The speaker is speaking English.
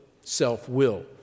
Self-will